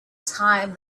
time